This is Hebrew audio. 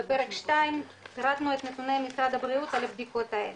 בפרק 2 פרטנו את נתוני משרד הבריאות על הבדיקות האלה,